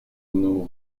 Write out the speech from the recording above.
nous